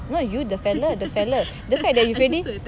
not you the fella the fella the fact that you've already